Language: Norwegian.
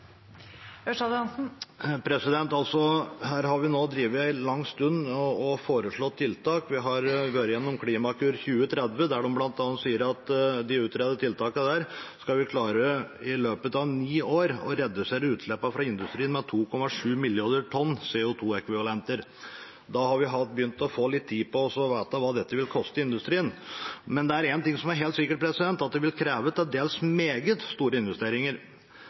Vi har vært igjennom Klimakur 2030, der det bl.a. sies at med de utredede tiltakene der skal vi i løpet av ni år klare å redusere utslippene fra industrien med 2,7 millioner tonn CO 2 -ekvivalenter. Da har vi begynt å få litt tid på oss til å vite hva dette vil koste industrien. Men det er én ting som er helt sikkert, det er at det vil kreve til dels meget store investeringer.